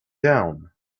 down